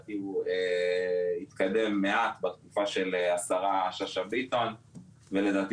לדעתי הוא התקדם מעט בתקופה של השרה ששה ביטון ולדעתי